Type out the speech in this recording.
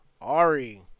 Ari